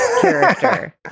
character